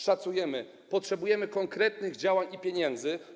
Szacujemy, potrzebujemy konkretnych działań i pieniędzy.